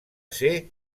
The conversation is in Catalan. ser